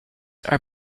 are